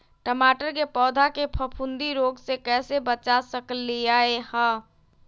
टमाटर के पौधा के फफूंदी रोग से कैसे बचा सकलियै ह?